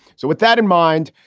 so with that in mind,